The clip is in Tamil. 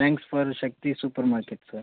thanks for Shakti supermarket sir